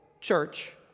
church